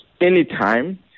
anytime